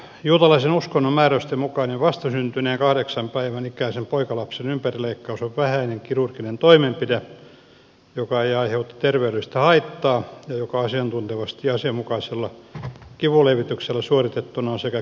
juutalaisen uskonnon määräysten mukainen vastasyntyneen kahdeksan päivän ikäisen poikalapsen ympärileikkaus on vähäinen kirurginen toimenpide joka ei aiheuta terveydellistä haittaa ja joka asiantuntevasti ja asianmukaisella kivunlievityksellä suoritettuna on sekä kivuton että vaaraton